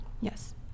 Yes